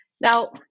Now